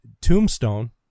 Tombstone